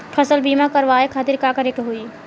फसल बीमा करवाए खातिर का करे के होई?